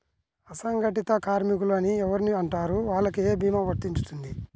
అసంగటిత కార్మికులు అని ఎవరిని అంటారు? వాళ్లకు ఏ భీమా వర్తించుతుంది?